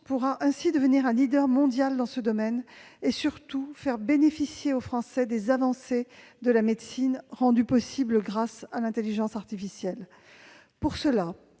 pourra ainsi devenir un leader mondial dans ce domaine et, surtout, faire bénéficier les Français des avancées de la médecine rendues possibles grâce à l'intelligence artificielle. Pour cela,